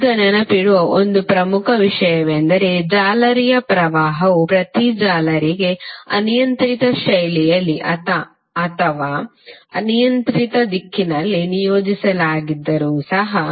ಈಗ ನೆನಪಿಡುವ ಒಂದು ಪ್ರಮುಖ ವಿಷಯವೆಂದರೆ ಜಾಲರಿಯ ಪ್ರವಾಹವು ಪ್ರತಿ ಜಾಲರಿಗೆ ಅನಿಯಂತ್ರಿತ ಶೈಲಿಯಲ್ಲಿ ಅಥವಾ ಅನಿಯಂತ್ರಿತ ದಿಕ್ಕಿನಲ್ಲಿ ನಿಯೋಜಿಸಲಾಗಿದ್ದರೂ ಸಹ